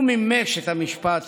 הוא מימש את המשפט